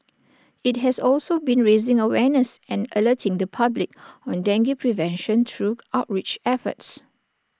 IT has also been raising awareness and alerting the public on dengue prevention through outreach efforts